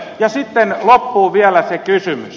ja sitten loppuun vielä se kysymys